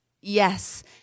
Yes